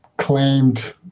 claimed